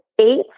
eight